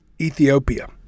Ethiopia